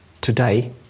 today